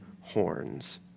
horns